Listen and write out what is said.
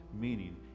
meaning